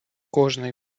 кожний